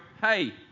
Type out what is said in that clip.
hey